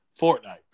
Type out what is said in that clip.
Fortnite